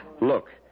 Look